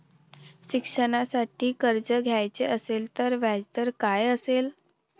शिक्षणासाठी कर्ज घ्यायचे असेल तर व्याजदर काय असेल?